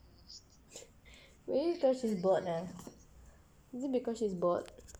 maybe cause she's bored lah is it because she's bored